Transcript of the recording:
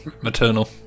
maternal